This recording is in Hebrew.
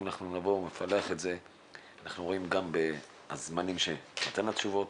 אם אנחנו נפלח את זה אנחנו רואים גם בזמנים של מתן התשובות,